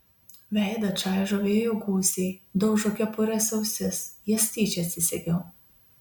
veidą čaižo vėjo gūsiai daužo kepurės ausis jas tyčia atsisegiau